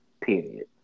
Period